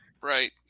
Right